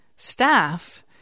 staff